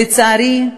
לצערי,